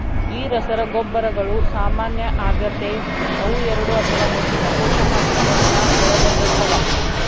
ಈ ರಸಗೊಬ್ಬರಗಳು ಸಾಮಾನ್ಯ ಆಗತೆ ಅವು ಎರಡು ಅಥವಾ ಹೆಚ್ಚಿನ ಪೋಷಕಾಂಶಗುಳ್ನ ಒಳಗೊಂಡಿರ್ತವ